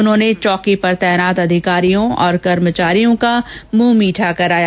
उन्होने चौकी पर तैनात अधिकारियों और कर्मचारियों का मुंह मीठा कराया